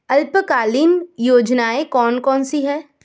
अल्पकालीन योजनाएं कौन कौन सी हैं?